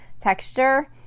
texture